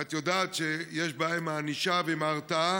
ואת יודעת שיש בעיה עם הענישה ועם ההרתעה,